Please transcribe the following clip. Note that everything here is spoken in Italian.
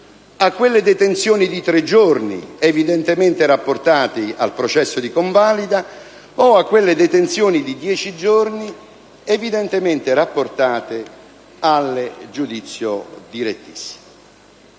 a quelle detenzioni di tre giorni, evidentemente rapportate al processo di convalida, o a quelle detenzioni di dieci giorni, evidentemente rapportate al giudizio direttissimo.